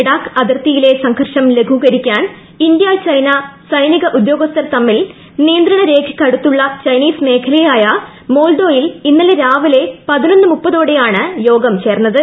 ലഡാക്ക് അതിർത്തിയിലെ സംഘർഷ്ടം ലഘൂകരിക്കാൻ ഇന്തൃ ചൈന സൈനികോദ്യോഗസ്ഥർ ത്മ്മിൽ നിയന്ത്രണരേഖയ്ക്കടുത്തുള്ള ചൈനീസ് മേഖലയായ് മോൾഡോയിൽ ഇന്നലെ രാവിലെ പതിനൊന്നരയോടെയാണ് യോഗം ചേർന്നത്